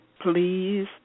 Please